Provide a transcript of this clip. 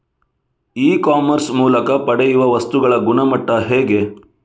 E commerce ಮೂಲಕ ಪಡೆಯುವ ವಸ್ತುಗಳ ಗುಣಮಟ್ಟ ಹೇಗೆ?